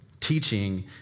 teaching